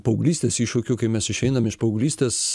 paauglystės iššūkių kai mes išeinam iš paauglystės